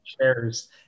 chairs